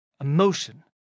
emotion